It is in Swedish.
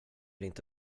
inte